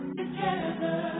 together